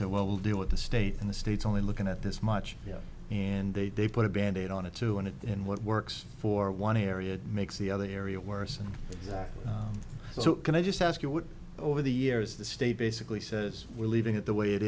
said well we'll deal with the state and the states only looking at this much and they put a band aid on it too and it in what works for one area makes the other area worse and so can i just ask you what over the years the state basically says we're leaving it the way it